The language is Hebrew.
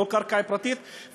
לא קרקע פרטית,